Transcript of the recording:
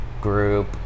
group